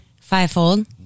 Fivefold